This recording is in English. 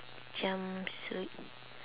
jumpsuit